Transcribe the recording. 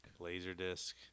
LaserDisc